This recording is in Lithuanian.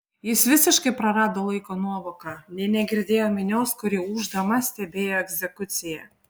jis visiškai prarado laiko nuovoką nė negirdėjo minios kuri ūždama stebėjo egzekuciją